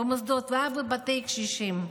במוסדות ואף בבתי קשישים.